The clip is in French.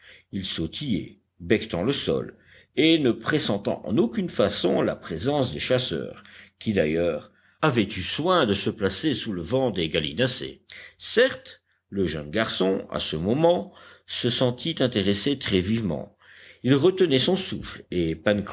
ils sautillaient becquetant le sol et ne pressentant en aucune façon la présence des chasseurs qui d'ailleurs avaient eu soin de se placer sous le vent des gallinacés certes le jeune garçon à ce moment se sentit intéressé très vivement il retenait son souffle et